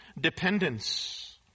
dependence